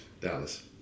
dallas